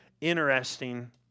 interesting